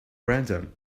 random